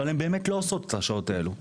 אבל הן באמת לא עושות את השעות האלו.